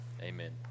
Amen